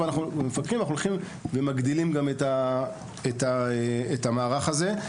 אנחנו הולכים ומגדילים את המערך הזה.